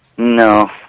No